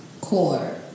core